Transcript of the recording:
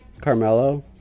Carmelo